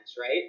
Right